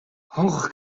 хонх